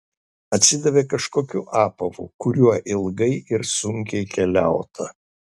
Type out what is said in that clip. atsidavė kažkokiu apavu kuriuo ilgai ir sunkiai keliauta